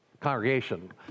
congregation